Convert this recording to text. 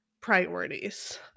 priorities